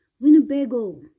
Winnebago